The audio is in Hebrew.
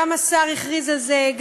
גם השר הכריז על זה,